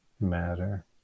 matter